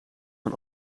van